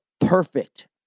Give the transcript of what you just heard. perfect